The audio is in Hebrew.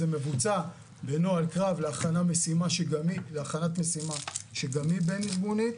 זה מבוצע בנוהל קרב להכנת משימה שהיא תמיד בין ארגונית,